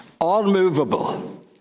unmovable